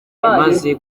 maze